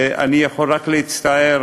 ואני יכול רק להצטער